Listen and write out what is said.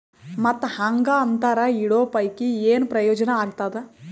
ಮತ್ತ್ ಹಾಂಗಾ ಅಂತರ ಇಡೋ ಪೈಕಿ, ಏನ್ ಪ್ರಯೋಜನ ಆಗ್ತಾದ?